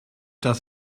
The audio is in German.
das